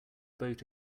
boat